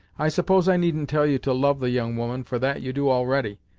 i suppose i needn't tell you to love the young woman, for that you do already,